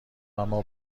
اما